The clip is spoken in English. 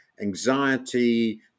anxiety